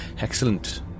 Excellent